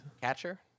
Catcher